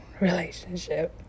relationship